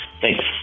Thanks